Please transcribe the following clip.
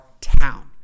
town